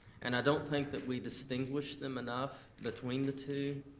and i don't think that we distinguish them enough between the two,